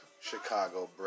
Chicago